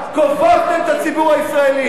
כופפת את הציבור הישראלי,